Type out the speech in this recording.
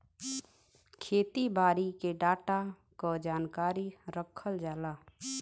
खेती बारी के डाटा क जानकारी रखल जाला